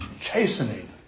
chastening